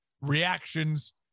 reactions